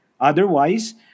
Otherwise